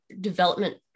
development